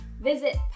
Visit